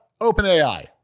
OpenAI